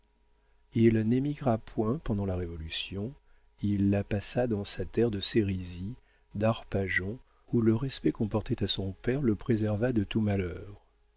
il n'émigra point pendant la révolution il la passa dans sa terre de sérisy d'arpajon où le respect qu'on portait à son père le préserva de tout malheur